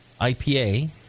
IPA